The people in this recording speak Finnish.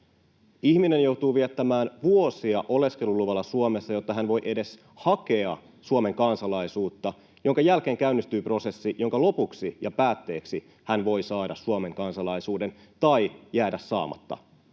Ihminen joutuu viettämään vuosia oleskeluluvalla Suomessa, jotta hän voi edes hakea Suomen kansalaisuutta, minkä jälkeen käynnistyy prosessi, jonka lopuksi ja päätteeksi hän voi saada Suomen kansalaisuuden tai se voi jäädä saamatta.